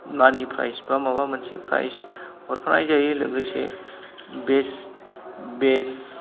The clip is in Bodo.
मानि प्राइज बा माबा मोनसे प्राइज हरफानाय जायो लोगोसे बेस्ट